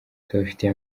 tubafitiye